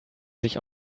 sich